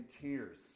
tears